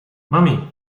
mommy